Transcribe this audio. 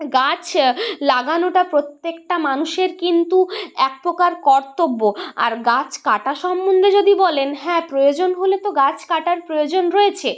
গাছ লাগানোটা প্রত্যেকটা মানুষের কিন্তু এক প্রকার কর্তব্য আর গাছ কাটা সম্বন্ধে যদি বলেন হ্যাঁ প্রয়োজন হলে তো গাছ কাটার প্রয়োজন রয়েছে